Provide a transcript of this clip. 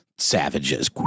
savages